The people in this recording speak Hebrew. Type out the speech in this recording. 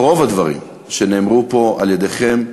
רוב הדברים שנאמרו פה על-ידיכם,